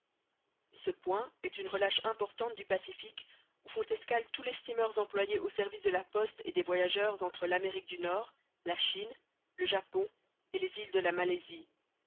ce point est une relâche importante du pacifique où font escale tous les steamers employés au service de la poste et des voyageurs entre l'amérique du nord la chine le japon et les îles de la malaisie